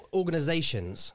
organizations